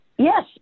Yes